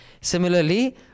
Similarly